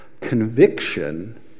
Conviction